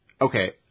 okay